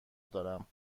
دارم